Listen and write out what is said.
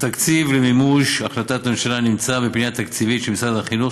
התקציב למימוש החלטת הממשלה נמצא בפנייה תקציבית של משרד החינוך,